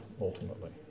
ultimately